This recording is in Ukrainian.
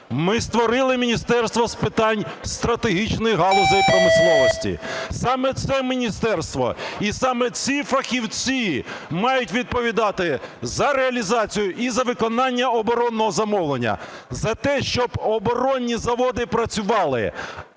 Ми створили Міністерство з питань стратегічної галузі в промисловості. Саме це міністерство і саме ці фахівці мають відповідати за реалізацію і за виконання оборонного замовлення, за те, щоб оборонні заводи працювали.